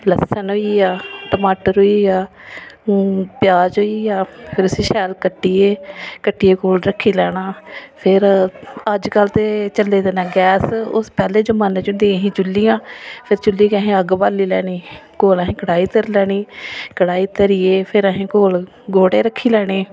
लस्सन होई गेआ टमाटर होई गेआ प्याज होई गेआ फिर उसी शैल कट्टियै कट्टियै कोल रक्खी लैना फिर अज्जकल ते चले दे ना गैस उस पैह्ले जमान्ने च होंदिया हियां चुल्लियां फिर चुल्ली ते सवेरे असें अग्ग बाल्ली लैनी कोल असें कड़ाही धरी लैनी कड़ाही धरियै फिर असें कोल गोह्टे रक्खी लैने